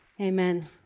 Amen